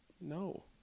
No